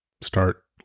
start